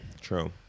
True